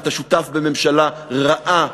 אתה שותף בממשלה רעה,